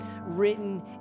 written